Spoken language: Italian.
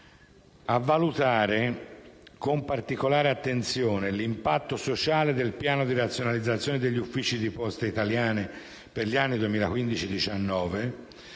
a valutare con particolare attenzione l'impatto sociale che il piano di razionalizzazione degli uffici di Poste italiane SpA per gli anni 2015-2019